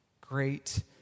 great